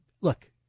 look